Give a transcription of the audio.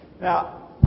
Now